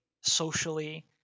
socially